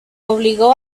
obligó